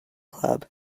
club